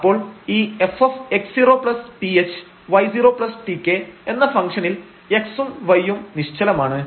അപ്പോൾ ഈ fx0thy0tk എന്ന ഫംഗ്ഷനിൽ x0 ഉം y0 ഉം നിശ്ചലമാണ്